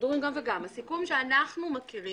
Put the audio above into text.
הסיכום שאנחנו מכירים,